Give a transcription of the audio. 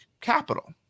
capital